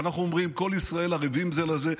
כשאנחנו אומרים "כל ישראל ערבים זה לזה",